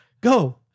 go